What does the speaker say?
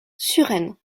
suresnes